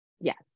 yes